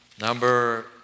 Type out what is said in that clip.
Number